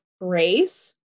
grace